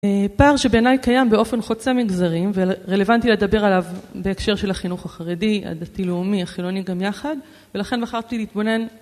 פער שבעיניי קיים באופן חוצה מגזרים, ורלוונטי לדבר עליו בהקשר של החינוך החרדי, הדתי-לאומי, החילוני גם יחד, ולכן בחרתי להתבונן